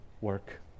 work